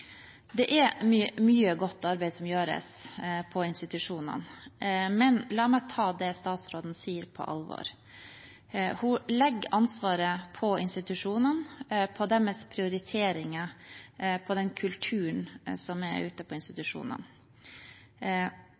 Det er mye godt arbeid som gjøres på institusjonene, men la meg ta det statsråden sier, på alvor. Hun legger ansvaret på institusjonene, på deres prioriteringer, på den kulturen som er ute på institusjonene.